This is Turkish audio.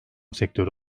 sektörü